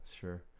sure